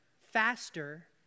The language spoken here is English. faster